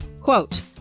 Quote